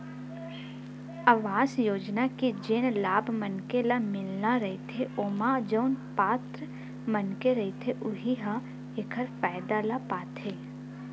अवास योजना के जेन लाभ मनखे ल मिलना रहिथे ओमा जउन पात्र मनखे रहिथे उहीं ह एखर फायदा ल पाथे